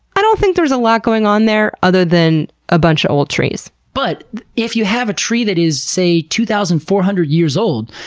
i don't think there's a lot going on there other than a bunch of old trees. but if you have a tree that is, say, two thousand four hundred years old,